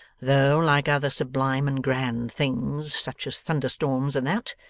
though like other sublime and grand things, such as thunder-storms and that,